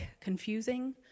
confusing